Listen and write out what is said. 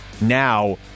now